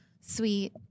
sweet